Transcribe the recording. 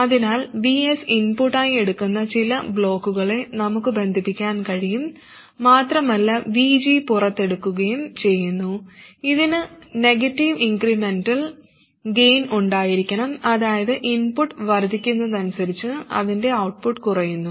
അതിനാൽ Vs ഇൻപുട്ടായി എടുക്കുന്ന ചില ബ്ലോക്കുകളെ നമുക്ക് ബന്ധിപ്പിക്കാൻ കഴിയും മാത്രമല്ല VG പുറത്തെടുക്കുകയും ചെയ്യുന്നു ഇതിന് നെഗറ്റീവ് ഇൻക്രെമെന്റൽ ഗൈൻ ഉണ്ടായിരിക്കണം അതായത് ഇൻപുട്ട് വർദ്ധിക്കുന്നതിനനുസരിച്ച് അതിന്റെ ഔട്ട്പുട്ട് കുറയുന്നു